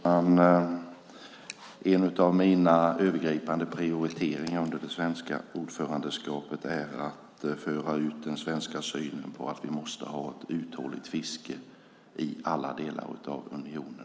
Herr talman! En av mina övergripande prioriteringar under det svenska ordförandeskapet är att föra ut den svenska synen att vi måste ha ett uthålligt fiske i alla delar av unionen.